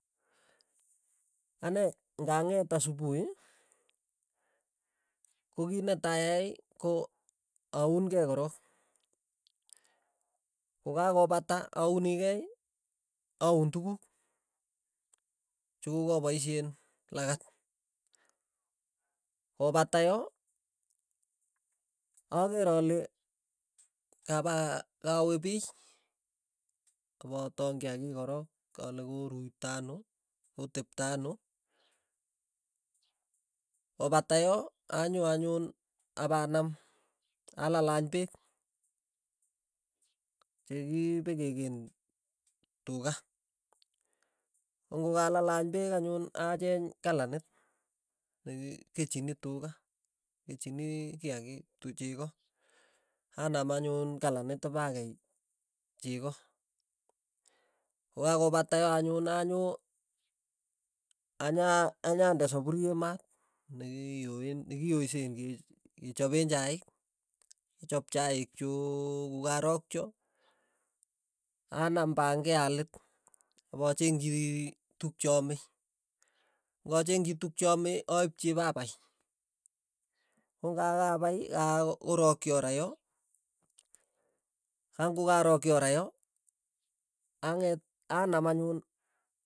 Ane ng'aket asupuhi, ko kiit netai ayai ko aun kei korok, ko kakopata auni kei, aun tukuk chokokapaishen lakat. kopata yo, aker ale kapa kawe piy, apataen kiakiik korok, ale koruito ano, kotepto ano, kopata yo, anyo anyun apanam alalany peek, chekipekekeen tuka, kong'okokalany peek anyun, acheng kalanit nee kikechini tuka, kechini kiakiik tu cheko, anam anyun kalanit pakei cheko, kokakopata yo anyun anyoo anya anyande sapurie maat nekioen nekioinsen ke kechapeen chaik, achap chaik chuuuk kokaarakcho, anam pange alit apachengchi tuk che ame, kokachengchi tuk che ame, aipchi ipapai, kong'akapai aa- orokchi ora yo kang'okarokchi ora yo ang'et anam anyun.